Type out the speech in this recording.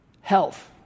health